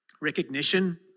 recognition